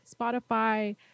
Spotify